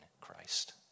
Christ